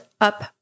up